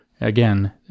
Again